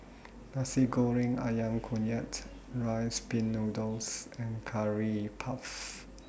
Nasi Goreng Ayam Kunyit Rice Pin Noodles and Curry Puff